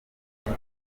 kuri